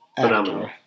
phenomenal